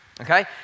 Okay